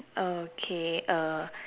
okay err